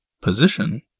position